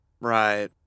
Right